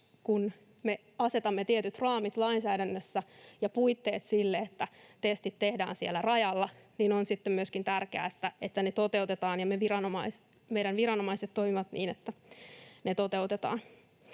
kun me asetamme lainsäädännössä tietyt raamit ja puitteet sille, että testit tehdään siellä rajalla, niin on sitten myöskin tärkeää, että ne toteutetaan ja meidän viranomaiset toimivat niin, että ne toteutetaan.